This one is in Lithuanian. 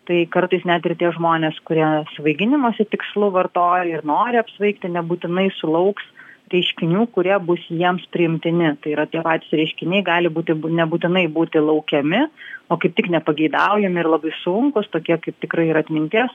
tai kartais net ir tie žmonės kurie svaiginimosi tikslu vartoja ir nori apsvaigti nebūtinai sulauks reiškinių kurie bus jiems priimtini tai yra tie patys reiškiniai gali būti nebūtinai būti laukiami o kaip tik nepageidaujami ir labai sunkūs tokie kaip tikrai ir atminties